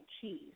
cheese